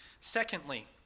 Secondly